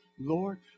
Lord